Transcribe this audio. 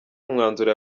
umwanzuro